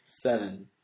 Seven